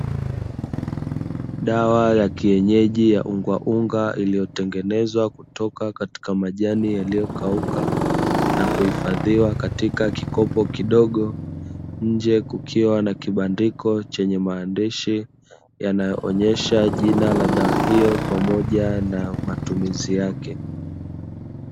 Dawa ya kienyeji ya ungaunga, iliyotengenezwa kutoka katika majani yaliyokauka na kuhifadhiwa katika kikopo kidogo, nje kukiwa na kibandiko chenye maandishi yanayoonesha jina la dawa hiyo, pamoja na matumizi yake,